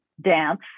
dance